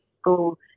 school